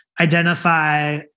identify